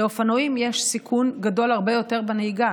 באופנועים יש סיכון גדול הרבה יותר בנהיגה,